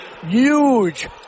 Huge